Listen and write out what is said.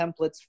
templates